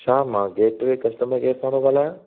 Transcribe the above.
छा मां gateway customer care सां थो ॻाल्हायां